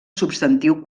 substantiu